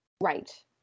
Right